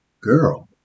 girl